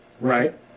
Right